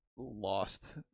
lost